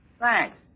Thanks